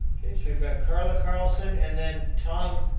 we've got carla carlson and then tom,